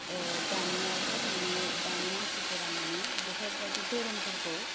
ओ दानियाव थ' माने दानि मानसिफोरा माने बेफोरबायदि धोरोमफोरखौ